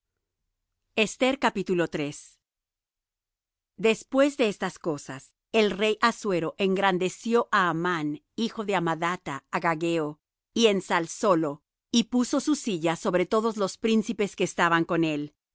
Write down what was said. delante del rey después de estas cosas el rey assuero engrandeció á amán hijo de amadatha agageo y ensalzólo y puso su silla sobre todos los príncipes que estaban con él